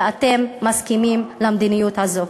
ואתם מסכימים למדיניות הזאת.